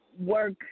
work